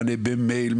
מענה במייל,